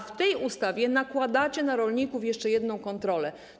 W tej ustawie nakładacie na rolników jeszcze jedną kontrolę.